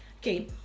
Okay